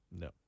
No